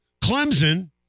Clemson